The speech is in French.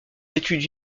études